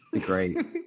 Great